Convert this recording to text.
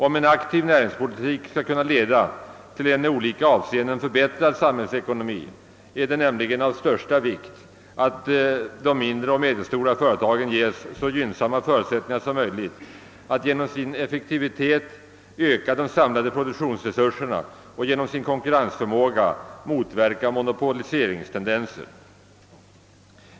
Om en aktiv näringspolitik skall kunna leda till en i olika avseenden förbättrad samhällsekonomi är det nämligen av största vikt att de mindre och medelstora företagen ges så gynnsamma förutsättningar som möjligt att genom sin effektivitet öka de samlade produktionsresurserna och genom sin konkurrensförmåga motverka monopoliseringstendenser.